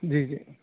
जी जी